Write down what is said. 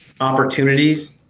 opportunities